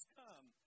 come